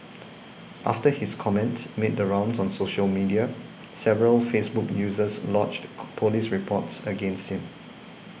after his comment made the rounds on social media several Facebook users lodged police reports against him